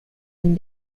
and